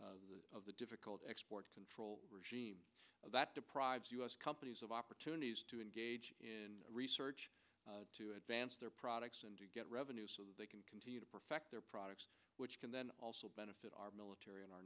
because of the difficult export control regime that deprives us companies of opportunities to engage in research to advance their products and to get revenue so they can continue to perfect their products which can then also benefit our military and our